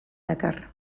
dakar